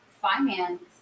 finance